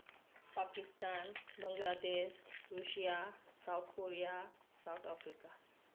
Pakistan Bangladesh Russia South Korea South Africa